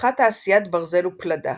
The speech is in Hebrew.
פותחה תעשיית ברזל ופלדה.